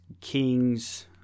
kings